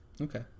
Okay